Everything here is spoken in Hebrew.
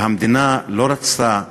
והמדינה לא רצתה,